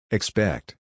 Expect